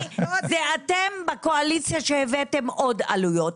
זה אתם בקואליציה שהבאתם עוד עלויות.